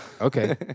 Okay